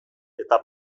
eta